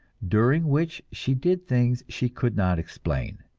during which she did things she could not explain.